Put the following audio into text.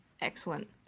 Excellent